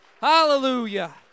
Hallelujah